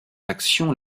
action